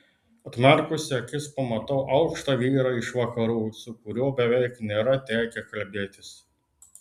atmerkusi akis pamatau aukštą vyrą iš vakarų su kuriuo beveik nėra tekę kalbėtis